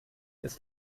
ist